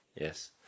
Yes